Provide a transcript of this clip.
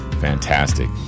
fantastic